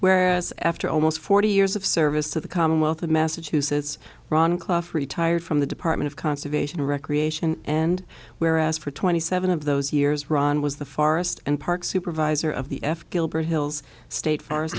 whereas after almost forty years of service to the commonwealth of massachusetts ron clark retired from the department of conservation recreation and whereas for twenty seven of those years ron was the forest park supervisor of the f gilbert hills state forest